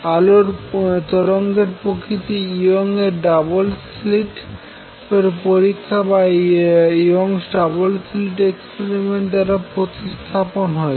আলোর তরঙ্গের প্রকৃতি ইয়ং এর ডবল স্লিট পরীক্ষা Young's double slit experiment দ্বারা প্রতিস্থাপন হয়েছে